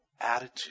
attitude